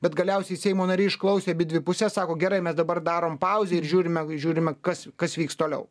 bet galiausiai seimo nariai išklausė abidvi puses sako gerai mes dabar darom pauzę ir žiūrime žiūrime kas kas vyks toliau